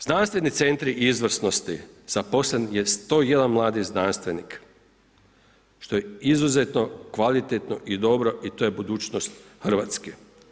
Znanstveni centri izvrsnosti, zaposlen je 101 mladi znanstvenik, što je izuzetno kvalitetno i dobro i to je budućnost Hrvatske.